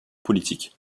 politique